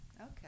Okay